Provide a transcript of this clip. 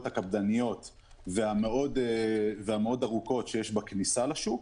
הקפדניות והמאוד ארוכות שיש בכניסה לשוק